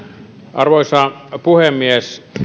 arvoisa puhemies